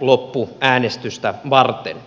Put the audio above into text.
loppuäänestystä varten